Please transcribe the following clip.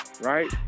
right